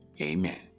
Amen